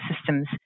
systems